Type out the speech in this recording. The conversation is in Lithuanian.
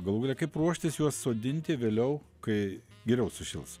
galų gale kaip ruoštis juos sodinti vėliau kai geriau sušils